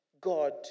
God